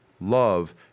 love